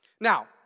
Now